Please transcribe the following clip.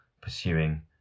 pursuing